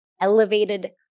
elevated